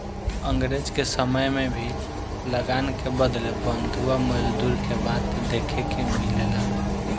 अंग्रेज के समय में भी लगान के बदले बंधुआ मजदूरी के बात देखे के मिलेला